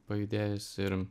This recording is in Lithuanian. pajudėjus ir